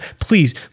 Please